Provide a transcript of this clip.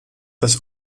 das